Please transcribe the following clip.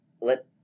let